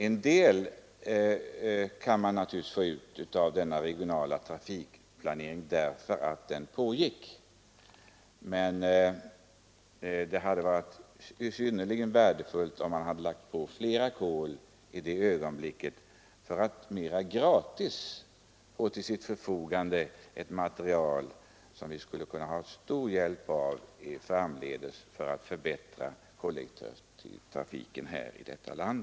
En del kan man naturligtvis få ut av den regionala trafikplaneringen, eftersom den pågick under ransoneringen. Men det hade varit synnerligen värdefullt om man hade lagt på ett extra kol i det ögonblicket för att mer eller mindre gratis få till sitt förfogande material som skulle kunna vara till stor hjälp framdeles för att förbättra kollektivtrafiken i detta land.